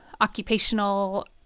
occupational